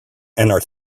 are